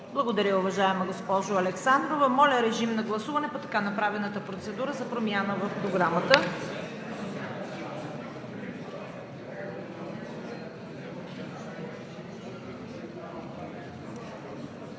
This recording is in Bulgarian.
Благодаря, уважаема госпожо Александрова. Моля, режим на гласуване по така направената процедура за промяна в Програмата.